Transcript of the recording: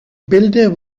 bilder